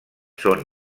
són